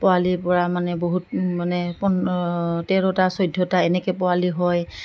পোৱালিৰ পৰা মানে বহুত মানে প তেৰটা চৈধ্যতা এনেকৈ পোৱালি হয়